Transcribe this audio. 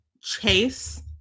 chase